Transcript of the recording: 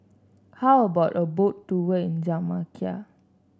how about a Boat Tour in Jamaica